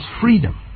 freedom